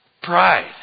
pride